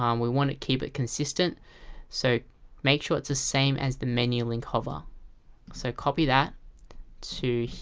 um we want to keep it consistent so make sure it's the same as the menu link hover so copy that to.